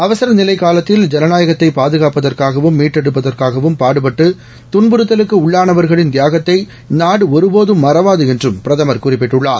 அவசர நிலை காலத்தில் ஜனநாயகத்தை பாதுகாப்பதற்காகவும் மீட்டெடுப்பதற்காகவும் பாடுபட்டு துன்புறுத்தலுக்கு உள்ளானவர்களின் தியாகத்தை நாடு ஒருபோதும் மறவாது என்றும் பிரதம் குறிப்பிட்டுள்ளார்